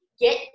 get